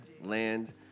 land